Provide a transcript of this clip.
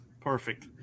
perfect